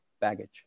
baggage